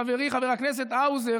חברי חבר הכנסת האוזר,